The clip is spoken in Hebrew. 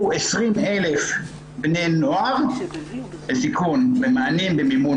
היו 20,000 בני נוער בסיכון במימון